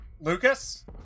Lucas